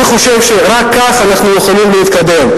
אני חושב שרק כך אנחנו יכולים להתקדם.